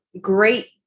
great